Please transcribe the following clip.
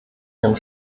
ihren